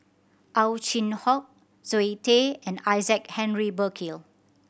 Ow Chin Hock Zoe Tay and Isaac Henry Burkill